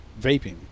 vaping